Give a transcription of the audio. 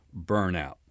burnout